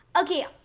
okay